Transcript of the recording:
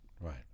Right